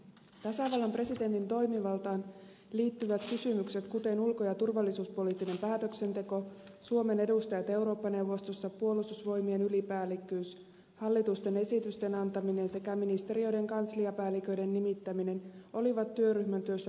tasavallan presidentin toimivaltaan liittyvät kysymykset kuten ulko ja turvallisuuspoliittinen päätöksenteko suomen edustajat eurooppa neuvostossa puolustusvoimien ylipäällikkyys hallitusten esitysten antaminen sekä ministeriöiden kansliapäälliköiden nimittäminen olivat työryhmän työssä vahvasti esillä